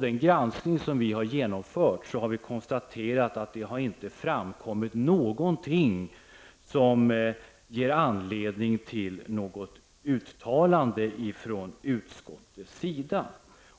den granskning som vi har genomfört kan vi konstatera att det inte har framkommit någonting som ger anledning till ett uttalande från utskottets sida.